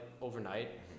overnight